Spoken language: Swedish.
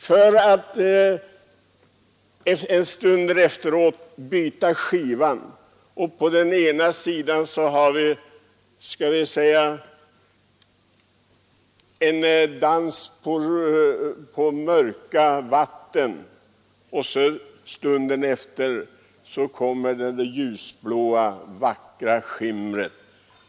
I ena stunden spelar man upp ”Dans på mörka vatten” för att en stund senare vända på skivan och ägna sig åt det där ljusblå, vackra skimret.